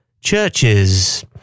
churches